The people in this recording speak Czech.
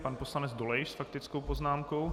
Pan poslanec Dolejš s faktickou poznámkou.